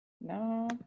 No